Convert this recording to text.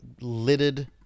littered